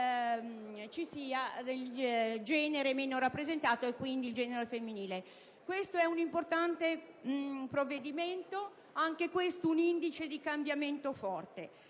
sia del genere meno rappresentato, quindi, del genere femminile. È un importante provvedimento, anch'esso indice di un cambiamento forte.